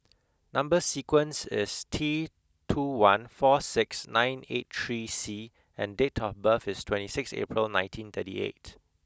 number sequence is T two one four six nine eight three C and date of birth is twenty sixth April nineteen thirty eight